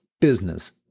business